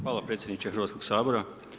Hvala predsjedniče Hrvatskog sabora.